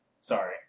Sorry